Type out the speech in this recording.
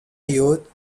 youth